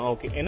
Okay